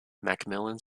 macmillan